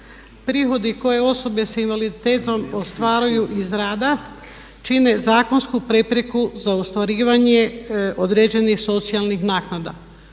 prihodi koje osobe sa invaliditetom ostvaruju iz rada čine zakonsku prepreku za ostvarivanje određenih socijalnih naknada.